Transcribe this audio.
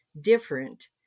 different